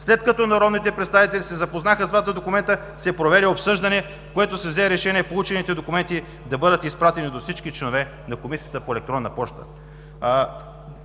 След като народните представители се запознаха с двата документа, се проведе обсъждане, в което се взе решение получените документи да бъдат изпратени до всички членове на Комисията по електронна поща.“